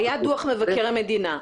היה דוח מבקר המדינה,